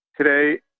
today